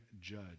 judge